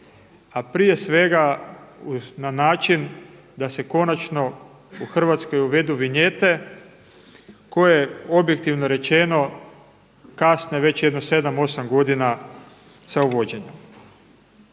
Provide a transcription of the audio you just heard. a prije svega na način da se konačno u Hrvatskoj uvedu vinjete koje objektivno rečeno kasne već jedno 7, 8 godina sa uvođenjem.